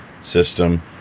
system